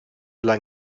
dla